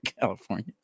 California